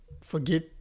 forget